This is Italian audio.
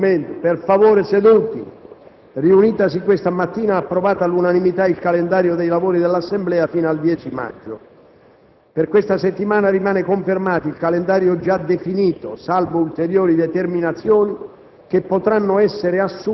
dei Capigruppo. La Conferenza, riunitasi questa mattina, ha approvato all'unanimità il calendario dei lavori dell'Assemblea fino al 10 maggio. Per questa settimana rimane confermato il calendario già definito, salvo ulteriori determinazioni